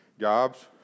Jobs